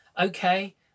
okay